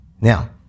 Now